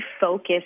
focus